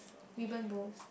ribbon bows